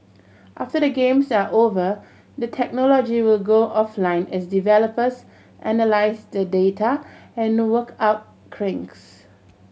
after the Games are over the technology will go offline as developers analyse the data and work out kinks